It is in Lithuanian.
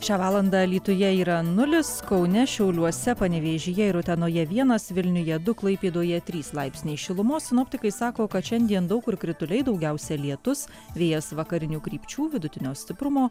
šią valandą alytuje yra nulis kaune šiauliuose panevėžyje ir utenoje vienas vilniuje du klaipėdoje trys laipsniai šilumos sinoptikai sako kad šiandien daug kur krituliai daugiausia lietus vėjas vakarinių krypčių vidutinio stiprumo